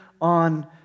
on